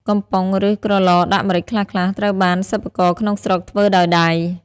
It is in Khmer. កំប៉ុង ឬ ក្រឡដាក់ម្រេចខ្លះៗ ត្រូវបានសិប្បករក្នុងស្រុកធ្វើដោយដៃ។